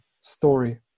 story